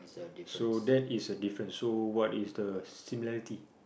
so that is a difference so what is the similarity